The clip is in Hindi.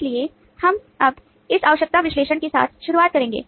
इसलिए हम अब इस आवश्यकता विश्लेषण के साथ शुरुआत करेंगे